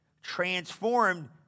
Transformed